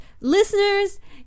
listeners